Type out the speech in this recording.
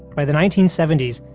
by the nineteen seventy s,